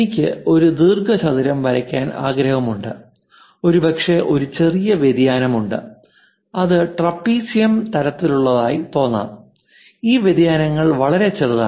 എനിക്ക് ഒരു ദീർഘചതുരം വരയ്ക്കാൻ ആഗ്രഹമുണ്ട് ഒരുപക്ഷേ ഒരു ചെറിയ വ്യതിയാനമുണ്ട് അത് ട്രപീസിയം തരത്തിലുള്ളതായി തോന്നാം ഈ വ്യതിയാനങ്ങൾ വളരെ ചെറുതാണ്